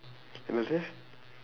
what you say